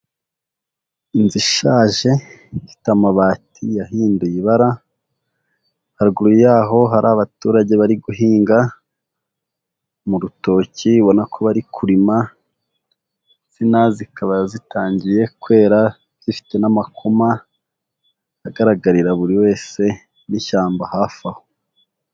Inzu ishaje ifite amabati yahinduye ibara, haruguru yaho hari abaturage bari guhinga mu rutoki ubona ko bari kurima, insina zikaba zitangiye kwera zifite n'amakoma agaragarira buri wese n'ishyamba hafi aho.